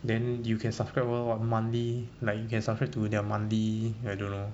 then you can subscribe lor monthly like you can subscribe to their monthly I don't know